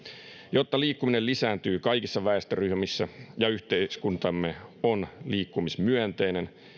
jotta liikkuminen lisääntyy kaikissa väestöryhmissä ja yhteiskuntamme on liikkumismyönteinen